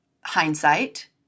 hindsight